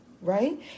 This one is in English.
right